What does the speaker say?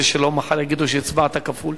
כדי שלא יגידו מחר שהצבעת כפול.